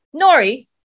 Nori